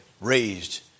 raised